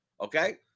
okay